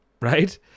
right